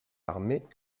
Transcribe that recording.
armées